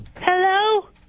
Hello